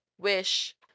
wish